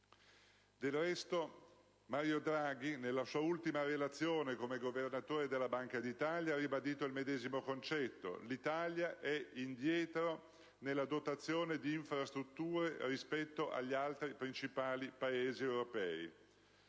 Del resto, Mario Draghi, nella sua ultima relazione come governatore della Banca d'Italia, ha ribadito il medesimo concetto: l'Italia è indietro nella dotazione di infrastrutture rispetto agli altri principali Paesi europei.